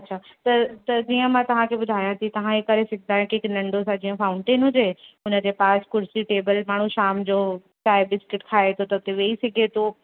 अच्छा त त जीअं मां तव्हांखे ॿुधायां की तव्हां हीअ करे सघंदा आहियो की हिक नंढो सो जीअं फ़ाउंटेन हुजे हुनजे पास कुर्सी टेबिल माण्हू शाम जो चांहि बिस्किट खाए थे त हुते वेही सघे थो